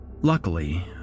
Luckily